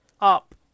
up